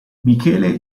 michele